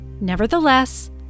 nevertheless